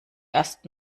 erst